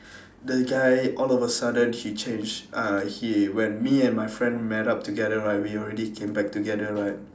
the guy all of a sudden he changed uh he when me and my friend met up together right we already came back together right